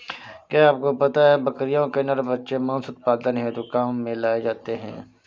क्या आपको पता है बकरियों के नर बच्चे मांस उत्पादन हेतु काम में लाए जाते है?